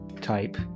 type